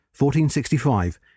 1465